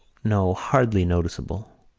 no, hardly noticeable.